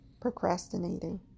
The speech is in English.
procrastinating